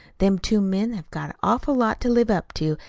them two men have got an awful lot to live up to,